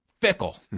Fickle